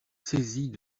saisie